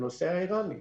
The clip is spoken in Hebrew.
הנושא האירני?